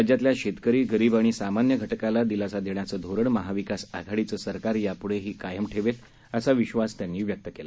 राज्यातल्या शेतकरी गरीब आणि सामान्य घटकाला दिलासा देण्याचं धोरण महाविकास आघाडीचं सरकार याप्ढेही कायम ठेवेल असा विश्वास त्यांनी व्यक्त केला